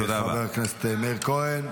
תודה רבה לחבר הכנסת מאיר כהן.